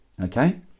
okay